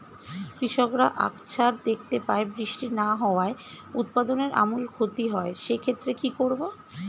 কৃষকরা আকছার দেখতে পায় বৃষ্টি না হওয়ায় উৎপাদনের আমূল ক্ষতি হয়, সে ক্ষেত্রে কি করব?